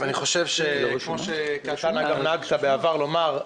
כפי שנהגת גם בעבר לומר,